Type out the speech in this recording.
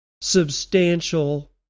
substantial